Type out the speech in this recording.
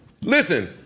Listen